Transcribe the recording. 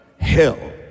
hell